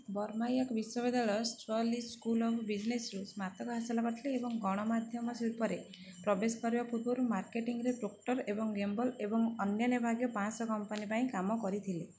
Verma York ବିଶ୍ୱବିଦ୍ୟାଳୟ Schulich school of ବିଜ୍ନେସ୍ରୁ ସ୍ନାତକ ହାସଲ କରିଥିଲେ ଏବଂ ଗଣମାଧ୍ୟମ ଶିଳ୍ପରେ ପ୍ରବେଶ କରିବା ପୂର୍ବରୁ ମାର୍କେଟିଂରେ ପ୍ରୋକ୍ଟର ଏବଂ ଗେମ୍ବଲ ଏବଂ ଅନ୍ୟାନ୍ୟ ଭାଗ୍ୟ ପାଞ୍ଚଶହ କମ୍ପାନୀ ପାଇଁ କାମ କରିଥିଲେ